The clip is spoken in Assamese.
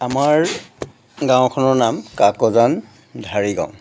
আমাৰ গাঁওখনৰ নাম কাকজান ঢাৰিগাঁও